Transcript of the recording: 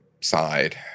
side